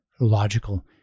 logical